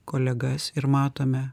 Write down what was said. kolegas ir matome